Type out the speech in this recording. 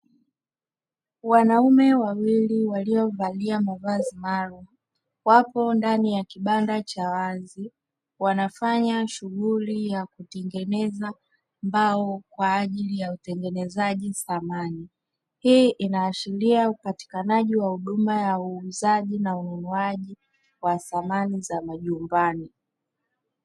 Wanaume wawili waliovalia mavazi maalumu wapo ndani ya kibanda cha wazi, wanafanya shughuli ya kutengeneza mbao kwa ajili ya utengenezaji wa samani. Hii inaashiria upatikanaji wa huduma ya uuzaji na ununaji wa samani za majumbani.